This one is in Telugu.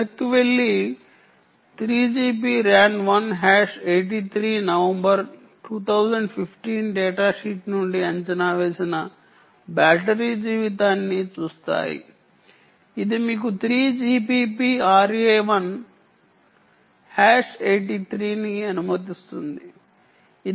వెనక్కి వెళ్లి 3GPP RAN 1 hash 83 November 2015 datasheet నుండి అంచనా వేసిన బ్యాటరీ జీవితాన్ని చూస్తాయి ఇది మీకు 3GPP RAN 1 హాష్ 83 ను అనుమతిస్తుంది